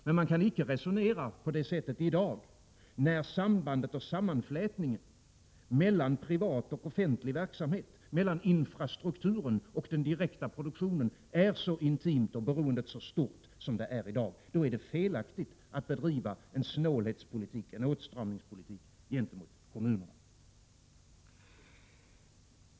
Men man kan icke resonera på det sättet när sammanflätningen mellan privat och offentlig verksamhet, mellan infrastrukturen och den direkta produktionen är så intim och beroendet så stort som i dag. Då är det felaktigt att bedriva en snålhetspolitik, en åtstramningspolitik gentemot kommunerna.